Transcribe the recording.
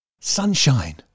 sunshine